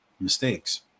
mistakes